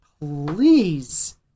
please